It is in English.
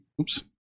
Oops